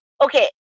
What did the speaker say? Okay